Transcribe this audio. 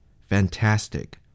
Fantastic